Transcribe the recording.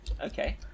Okay